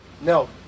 no